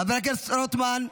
חבר הכנסת רוטמן,